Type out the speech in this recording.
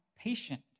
patient